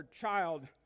child